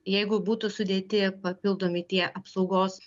jeigu būtų sudėti papildomi tie apsaugos